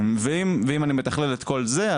אם אני מתכלל את כל זה,